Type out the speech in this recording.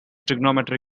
trigonometric